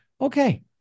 okay